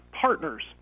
partners